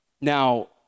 Now